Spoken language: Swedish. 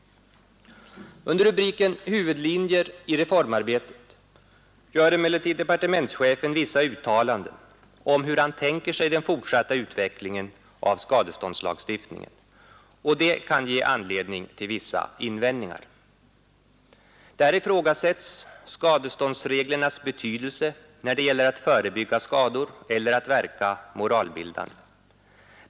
Under rubriken ”Huvudlinjer i reformarbetet” gör emellertid departementschefen vissa uttalanden om hur han tänker sig den fortsatta utvecklingen av skadeståndslagstiftningen, och dessa kan ge anledning till vissa invändningar. Där ifrågasätts skadeståndsreglernas betydelse när det gäller att förebygga skador eller att verka moralbildande.